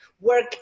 work